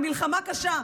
במלחמה קשה,